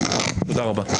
תודה רבה.